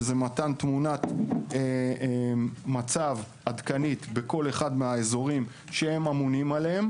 שזה מתן תמונת מצב עדכנית בכל אחד מהאזורים שהם אמונים עליהם.